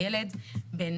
הילד בן